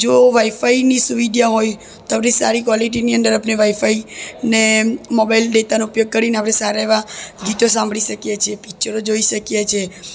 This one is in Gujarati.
જો વાઈફાઈની સુવિધા હોય તો આપણે સારી ક્વોલિટીની અંદર આપને વાઈફાઈ ને મોબાઇલ ડેટાનો ઉપયોગ કરીને આપણે સારા એવા ગીતો સાંભળી શકીએ છીએ પિક્ચરો જોઈ શકીએ છીએ